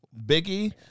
Biggie